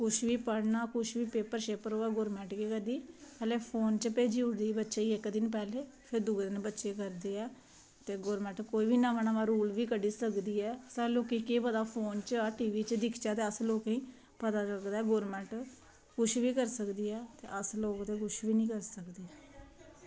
कुछ बी पढ़ना कुछ बी पेपर होऐ ते केह् करदी पैह्लें इक्क दिन फोन च भेजी ओड़दी फिर दूऐ दिन बच्चे करदे ऐ ते गौरमेंट कोई बी नमां नमां रूल कड्ढी सकदी ऐ साढ़े लोकें ई केह् पता अस लोग टीवी च दिक्खचै ते पता लगदा ऐ गौरमेंट कुछ बी करी सकदी ऐ ते अस ते लोग कुछ बी निं करी सकदे